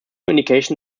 indication